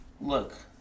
look